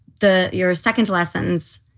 the your second lessons.